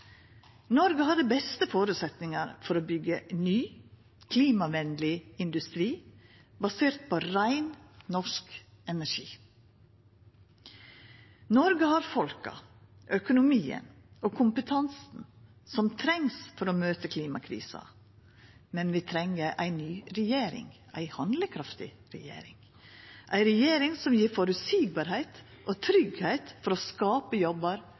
Noreg har dei beste føresetnadene for å byggja ny, klimavenleg industri, basert på rein, norsk energi. Noreg har folka, økonomien og kompetansen som trengst for å møta klimakrisa, men vi treng ei ny regjering, ei handlekraftig regjering, ei regjering som gjer det føreseieleg og trygt å skapa jobbar